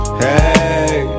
hey